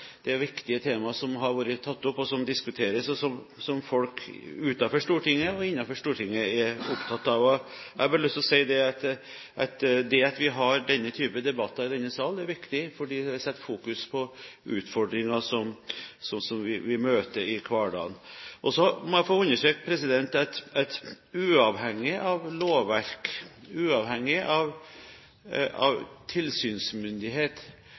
er viktige tema som har blitt tatt opp, som diskuteres, og som folk utenfor Stortinget og innenfor Stortinget er opptatt av. Jeg har bare lyst til å si at det at vi har denne type debatter i denne sal, er viktig fordi det setter fokus på utfordringer som vi møter i hverdagen. Så må jeg få understreke at uavhengig av lovverk, uavhengig av tilsynsmyndighet,